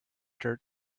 dirt